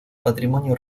patrimonio